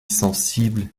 sensible